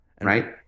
right